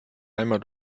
einmal